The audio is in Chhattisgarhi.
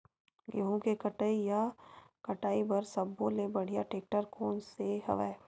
गेहूं के कटाई या कटाई बर सब्बो ले बढ़िया टेक्टर कोन सा हवय?